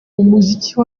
umuziki